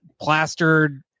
plastered